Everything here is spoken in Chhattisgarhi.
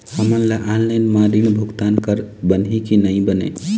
हमन ला ऑनलाइन म ऋण भुगतान करत बनही की नई बने?